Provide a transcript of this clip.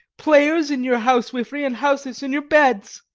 players in your housewifery, and housewives in your beds.